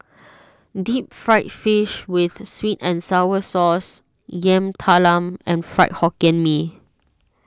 Deep Fried Fish with Sweet and Sour Sauce Yam Talam and Fried Hokkien Mee